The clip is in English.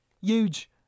Huge